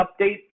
update